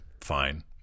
fine